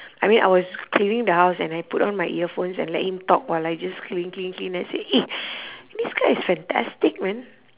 I mean I was cleaning the house and I put on my earphones and let him talk while I just clean clean clean I said eh this guy is fantastic man